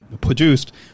produced